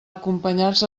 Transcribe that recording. acompanyats